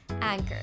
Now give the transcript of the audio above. Anchor